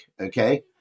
okay